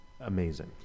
amazing